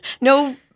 no